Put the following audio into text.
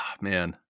man